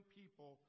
people